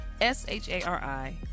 S-H-A-R-I